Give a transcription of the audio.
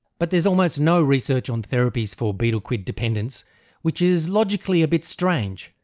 but there is almost no research on therapies for betel quid dependence which is logically a bit strange,